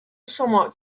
شما